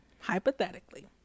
hypothetically